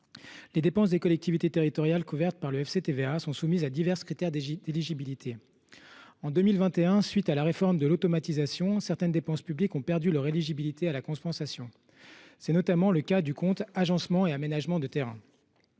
Les dépenses des collectivités territoriales couvertes par le FCTVA sont soumises à divers critères d’éligibilité. En 2021, à la suite de la réforme de l’automatisation, certaines dépenses publiques ont perdu leur éligibilité à la compensation. C’est notamment le cas du compte « Agencements et aménagements de terrains